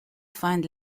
find